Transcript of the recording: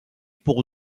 pour